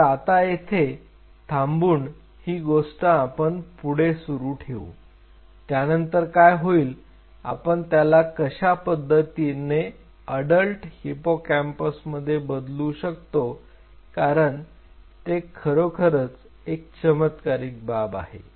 तर आता येथे थांबून ही गोष्ट आपण पुढे सुरू ठेवू त्यानंतर काय होईल आपण त्याला कशा पद्धतीने अडल्ट हिप्पोकॅम्पसमध्ये बदलू शकतो कारण ते खरोखरच एक चमत्कारिक बाब आहे